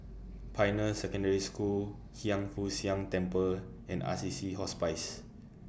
Pioneer Secondary School Hiang Foo Siang Temple and Assisi Hospice